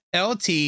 LT